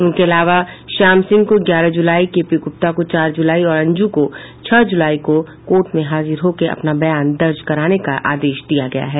इनके अलावा श्याम सिंह को ग्यारह जुलाई केपी गुप्ता को चार जुलाई और अंजु को छह जूलाई को कोर्ट में हाजिर होकर अपना बयान दर्ज कराने का आदेश दिया गया है